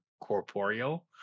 corporeal